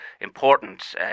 important